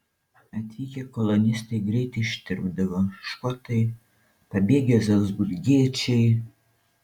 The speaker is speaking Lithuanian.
atvykę kolonistai greit ištirpdavo škotai pabėgę zalcburgiečiai